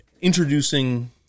introducing